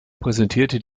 präsentierte